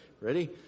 Ready